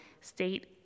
state